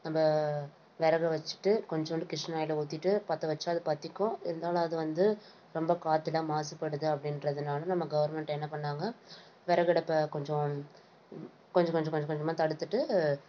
நம்ம விறக வச்சிகிட்டு கொஞ்சோண்டு கிருஷ்ணாயிலை ஊற்றிட்டு பற்ற வச்சால் அது பற்றிக்கும் இருந்தாலும் அது வந்து ரொம்ப காத்தெலாம் மாசுப்படுது அப்படின்றதுனால நம்ம கவர்மெண்ட் என்ன பண்ணாங்க விறகடுப்ப கொஞ்சம் கொஞ்ச கொஞ்ச கொஞ்சமாக தடுத்துவிட்டு